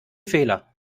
fehler